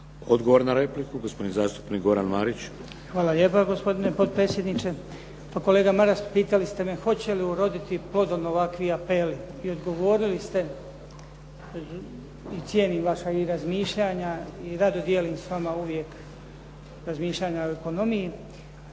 Odgovor na repliku, gospodin zastupnik Goran Marić. **Marić, Goran (HDZ)** Hvala lijepa gospodine potpredsjedniče. Pa kolega Maras, pitali ste me hoće li uroditi plodom ovakvi apeli? I odgovorili ste i cijenim vaša i razmišljanja i rado dijelim sa vama uvijek razmišljanja i u ekonomiji,